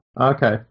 Okay